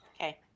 Okay